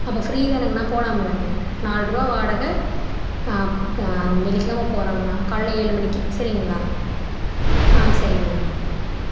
அப்போ ஃப்ரீ தானங்ண்ணா போகலாம் இல்லைங்க நால்ட் ருபாய் வாடகை வெள்ளிக்கிழமை போகிறோங்ண்ணா காலைல ஏழு மணிக்கு சரிங்களா ஆ சரிங்ண்ணா